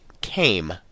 came